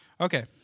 Okay